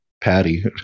patty